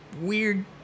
weird